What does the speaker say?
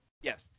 Yes